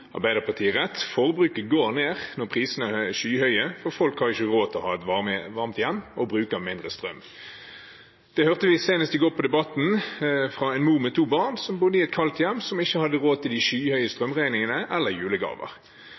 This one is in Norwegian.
Arbeiderpartiet rett: Forbruket går ned når prisene er skyhøye, for folk har ikke råd til å ha et varmt hjem og bruker mindre strøm. Det hørte vi senest i går på Debatten, fra en mor med to barn som bodde i et kaldt hjem, og som ikke hadde råd til de skyhøye strømregningene eller julegaver.